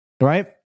right